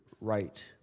right